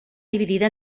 dividida